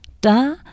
Da